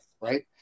right